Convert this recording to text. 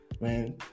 Man